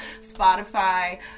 Spotify